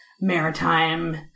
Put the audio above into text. maritime